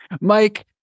Mike